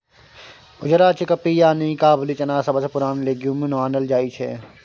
उजरा चिकपी यानी काबुली चना सबसँ पुरान लेग्युम मानल जाइ छै